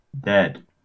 dead